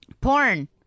porn